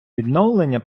відновлення